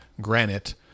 granite